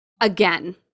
again